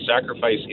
sacrifice